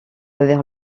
vers